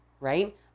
Right